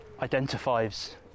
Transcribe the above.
identifies